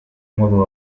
modu